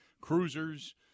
cruisers